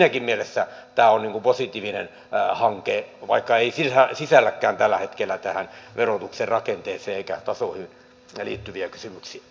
siinäkin mielessä tämä on positiivinen hanke vaikka ei sisälläkään tällä hetkellä tähän verotukseen rakenteeseen eikä tasoihin liittyviä kysymyksiä